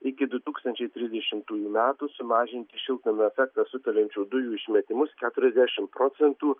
iki du tūkstančiai trisdešimtųjų metų sumažinti šiltnamio efektą sukeliančių dujų išmetimus keturiasdešimt procentų